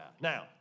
Now